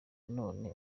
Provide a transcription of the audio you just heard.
none